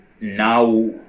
now